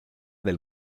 del